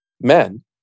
men